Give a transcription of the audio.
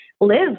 live